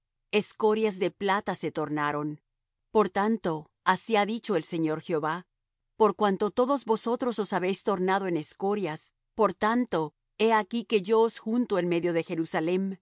escorias de plata se tornaron por tanto así ha dicho el señor jehová por cuanto todos vosotros os habéis tornado en escorias por tanto he aquí que yo os junto en medio de jerusalem